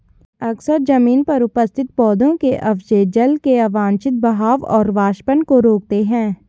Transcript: अक्सर जमीन पर उपस्थित पौधों के अवशेष जल के अवांछित बहाव और वाष्पन को रोकते हैं